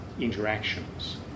interactions